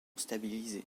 stabilisés